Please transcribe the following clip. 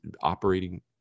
operating